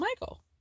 Michael